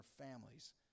families